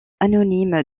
anonyme